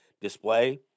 display